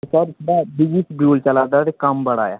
sir बड़ा busy schedule चला दा ऐ ते कम्म बड़ा ऐ